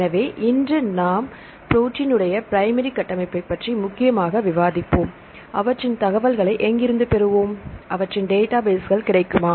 எனவே இன்று நாம் ப்ரோடீன் உடைய பிரைமரி கட்டமைப்பைப் பற்றி முக்கியமாக விவாதிப்போம் அவற்றின் தகவல்களை எங்கிருந்துப் பெறுவோம் அவற்றின் டேட்டாபேஸ்கள் கிடைக்குமா